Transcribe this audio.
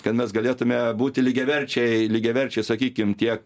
kad mes galėtume būti lygiaverčiai lygiaverčiai sakykim tiek